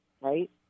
right